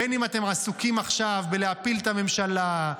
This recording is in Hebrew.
בין שאתם עסוקים עכשיו בלהפיל את הממשלה,